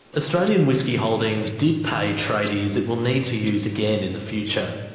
australian whisky holdings did pay tradies it will need to use again in the future.